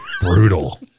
Brutal